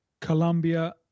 Colombia